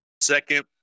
Second